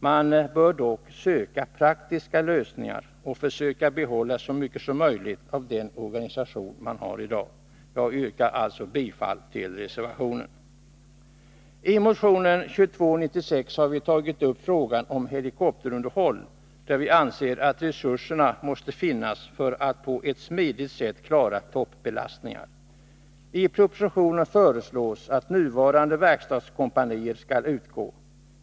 Man bör dock söka praktiska lösningar och försöka behålla så mycket som möjligt av den organisation man har i dag. Jag yrkar alltså bifall till reservationen. I motion 2296 har vi tagit upp frågan om helikopterunderhåll. Vi anser att resurser måste finnas för att på ett smidigt sätt klara toppbelastningar. I propositionen föreslås att nuvarande verkstadskompanier skall utgå.